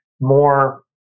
more